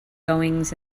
goings